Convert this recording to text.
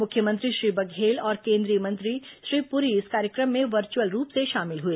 मुख्यमंत्री श्री बघेल और केंद्रीय मंत्री श्री प्री इस कार्यक्रम में वर्चुअल रूप से शामिल हुए